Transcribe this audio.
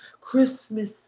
Christmas